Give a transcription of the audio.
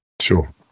Sure